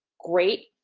great,